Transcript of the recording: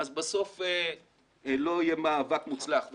אז בסוף לא יהיה מאבק מוצלח.